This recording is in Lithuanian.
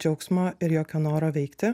džiaugsmo ir jokio noro veikti